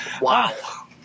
Wow